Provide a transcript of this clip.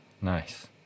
Nice